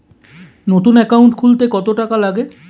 নতুন একাউন্ট খুলতে কত টাকা লাগে?